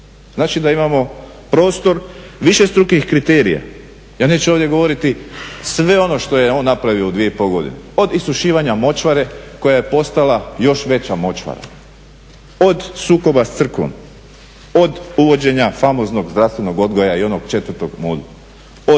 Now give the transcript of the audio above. Znači da imamo prostor višestrukih kriterija. Ja neću ovdje govoriti sve ono što je on napravio u 2,5 godine od isušivanja močvare koja je postala još veća močvara, od sukoba sa Crkvom, od uvođenja famoznog zdravstvenog odgoja i onog četvrtog